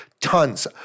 Tons